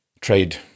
trade